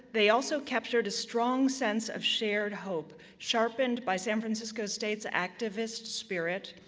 they also captured a strong sense of shared hope, sharpened by san francisco state's activist spirit,